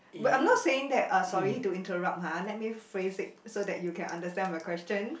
wait I'm not saying that uh sorry to interrupt ha let me phrase it so that you can understand the question